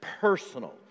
personal